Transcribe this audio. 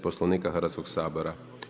Poslovnika Hrvatskog sabora.